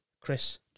Chris